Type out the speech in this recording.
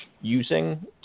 using